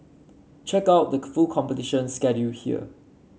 check out the full competition schedule here